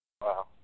Wow